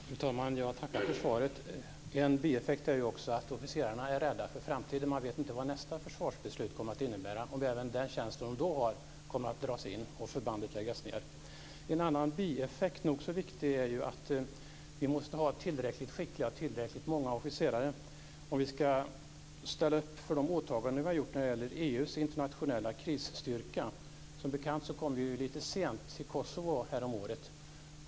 Fru talman! Jag tackar för svaret. En bieffekt är också att officerarna är rädda för framtiden. De vet inte vad nästa försvarsbeslut kommer att innebära och om även den tjänst som de har kommer att dras in och förbandet läggas ned. En annan bieffekt som är nog så viktig är att vi måste ha tillräckligt många och tillräckligt skickliga officerare om vi ska ställa upp för de åtaganden som vi har gjort när det gäller EU:s internationella krisstyrka. Som bekant kom vi lite sent till Kosovo häromåret.